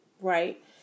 right